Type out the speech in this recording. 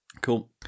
Cool